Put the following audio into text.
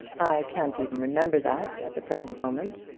i can't even remember that at the present moment.